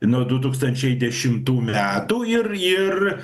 nuo du tūkstančiai dešimtų metų ir ir